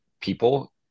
people